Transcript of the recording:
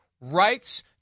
rights